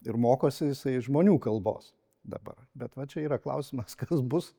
ir mokosi jisai žmonių kalbos dabar bet va čia yra klausimas kas bus